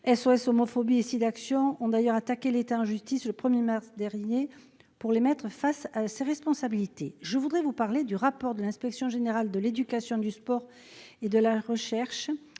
SOS homophobie et Sidaction -ont d'ailleurs attaqué l'État en justice le 1 mars dernier pour le mettre face à ses responsabilités. Le rapport de l'inspection générale de l'éducation, du sport et de la recherche